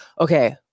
okay